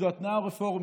התנועה הרפורמית,